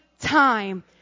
time